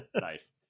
nice